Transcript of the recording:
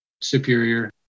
superior